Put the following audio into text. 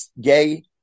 gay